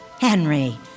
Henry